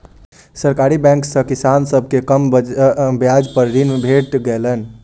सरकारी बैंक सॅ किसान सभ के कम ब्याज पर ऋण भेट गेलै